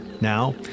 Now